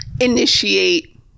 Initiate